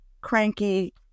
cranky